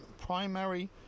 primary